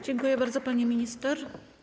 Dziękuję bardzo, pani minister.